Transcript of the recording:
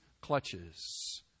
clutches